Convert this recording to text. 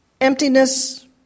Emptiness